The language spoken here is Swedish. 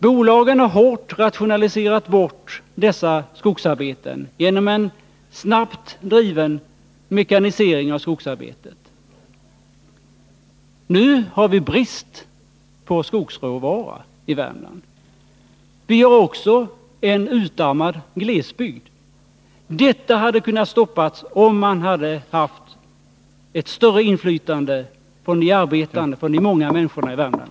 Bolagen har snabbt rationaliserat bort dessa skogsarbeten genom en hårt driven mekanisering. Nu har vi brist på skogsråvara i Värmland. Vi har också en utarmad glesbygd. Detta hade kunnat stoppas, om det hade funnits ett större inflytande från de boende, från de många människorna i Värmland.